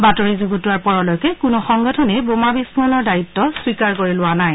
বাতৰি যুগুতোৱাৰ পৰলৈকে কোনো সংগঠনেই বোমা বিস্ফোৰণৰ দায়িত্ব স্বীকাৰ কৰা নাই